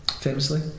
famously